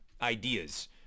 ideas